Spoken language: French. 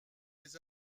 les